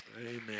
Amen